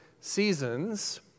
seasons